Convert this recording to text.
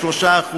3%,